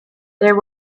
there